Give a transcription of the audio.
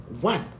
One